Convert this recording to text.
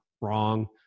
Wrong